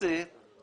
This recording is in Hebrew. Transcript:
שמגיעה לשוטרים.